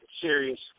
serious